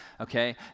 okay